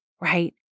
right